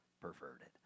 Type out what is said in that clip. perverted